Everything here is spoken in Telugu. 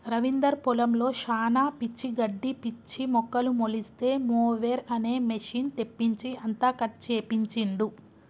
రవీందర్ పొలంలో శానా పిచ్చి గడ్డి పిచ్చి మొక్కలు మొలిస్తే మొవెర్ అనే మెషిన్ తెప్పించి అంతా కట్ చేపించిండు